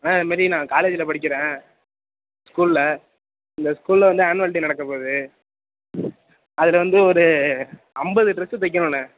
அண்ணண் இதுமாரி நான் காலேஜில் படிக்கிறேன் ஸ்கூலில் எங்கள் ஸ்கூலில் வந்து ஆன்வல் டே நடக்கப்போது அதில் வந்து ஒரு ஐம்பது டிரஸ்ஸு தைக்கணுண்ணே